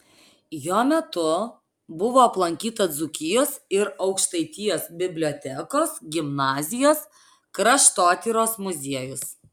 jo metu buvo aplankyta dzūkijos ir aukštaitijos bibliotekos gimnazijos kraštotyros muziejus